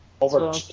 over